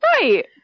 Right